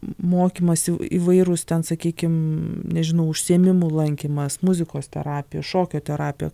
mokymas įv įvairūs ten sakykim nežinau užsiėmimų lankymas muzikos terapija šokio terapija